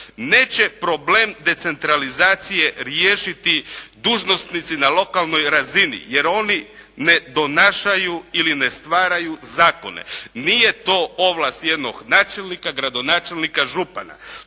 Neće problem decentralizacije riješiti dužnosnici na lokalnoj razini jer oni ne donašaju ili ne stvaraju zakone. Nije to ovlast jednog načelnika, gradonačelnika, župana.